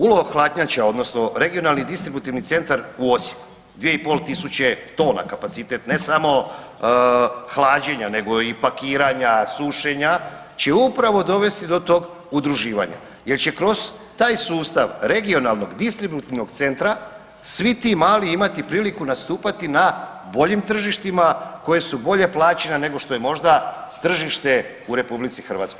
ULO hladnjače odnosno regionalni distributivni centar u Osijeku 2.500 tona kapacitet ne samo hlađenja nego i pakiranja, sušenja će upravo dovesti do tog udruživanja jer će kroz taj sustav regionalnog, distributnog centra svi ti mali imati priliku nastupati na boljim tržištima koje su bolje plaćena nego što je možda tržište u RH.